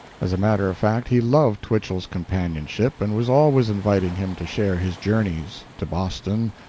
as a matter of fact, he loved twichell's companionship, and was always inviting him to share his journeys to boston,